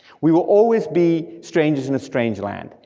we will always be strangers in a strange land.